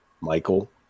Michael